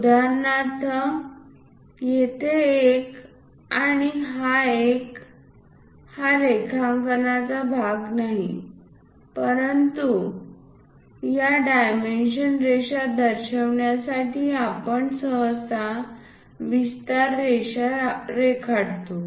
उदाहरणार्थ येथे हा एक आणि हा एक हा रेखांकनाचा भाग नाही परंतु या डायमेंशन रेषा दर्शविण्यासाठी आपण सहसा विस्तार रेषा रेखाटतो